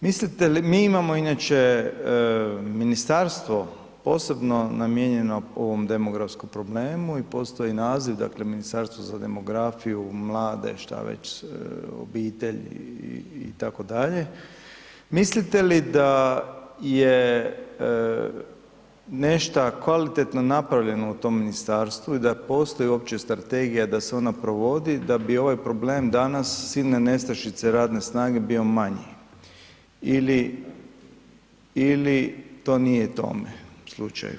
Mi imamo inače ministarstvo posebno namijenjeno ovom demografskom problemu i postoji naziv Ministarstvo za demografiju, mlade, šta već, obitelj itd. mislite li da je nešta kvalitetno napravljeno u tom ministarstvu i da postoji uopće strategija da se ona provodi da bi ovaj problem danas silne nestašice radne snage bio manji ili to nije tome slučaju?